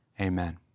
Amen